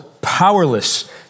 powerless